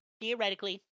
theoretically